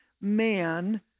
man